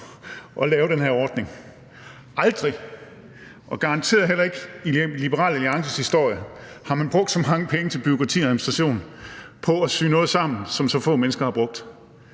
at lave den her ordning. Aldrig og garanteret heller ikke i Liberal Alliances historie har man brugt så mange penge til bureaukrati og administration på at sy noget sammen, som så få mennesker har brugt.